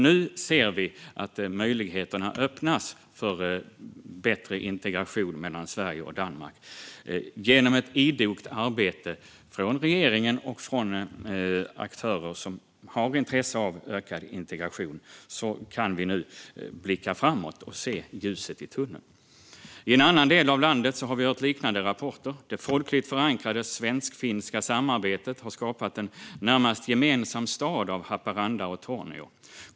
Nu ser vi att möjligheterna öppnas för bättre integration mellan Sverige och Danmark genom ett idogt arbete från regeringen och från aktörer som har intresse av ökad integration. Nu kan vi blicka framåt och se ljuset i tunneln. I en annan del av landet har vi hört liknande rapporter. Det folkligt förankrade svensk-finska samarbetet har skapat en närmast gemensam stad av Haparanda och Torneå.